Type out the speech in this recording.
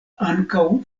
ankaŭ